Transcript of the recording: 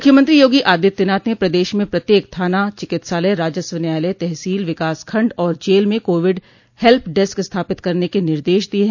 मुख्यमंत्री योगी आदित्यनाथ ने प्रदेश में प्रत्येक थाना चिकित्सालय राजस्व न्यायालय तहसील विकासखंड और जेल में कोविड हेल्प डेस्क स्थापित करने क निर्देश दिये हैं